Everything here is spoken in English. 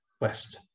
West